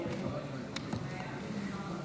התשפ"ד 2023, נתקבל.